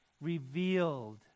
revealed